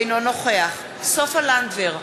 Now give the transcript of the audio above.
אינו נוכח סופה לנדבר,